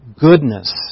goodness